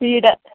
വീട്